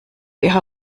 ihrer